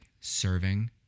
serving